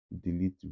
delete